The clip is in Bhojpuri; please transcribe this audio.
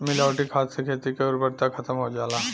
मिलावटी खाद से खेती के उर्वरता खतम हो जाला